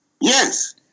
Yes